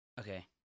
Okay